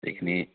যিখিনি